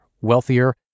wealthier